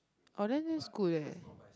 orh then that's good leh